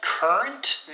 Current